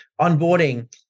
onboarding